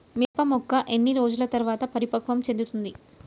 మిరప మొక్క ఎన్ని రోజుల తర్వాత పరిపక్వం చెందుతుంది?